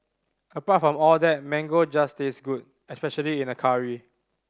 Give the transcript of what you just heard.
apart from all that mango just tastes good especially in a curry